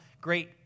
great